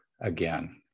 again